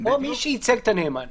אין להם בוודאי ניסיון בזירה המשפטית,